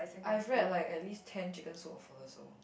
I've read like at least ten chicken soup for the Soul